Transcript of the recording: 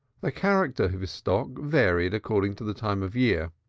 the character of his stock varied according to the time of year,